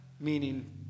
meaning